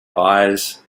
eyes